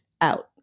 out